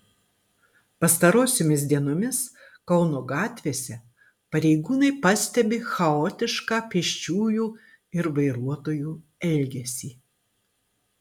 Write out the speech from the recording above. pastarosiomis dienomis kauno gatvėse pareigūnai pastebi chaotišką pėsčiųjų ir vairuotojų elgesį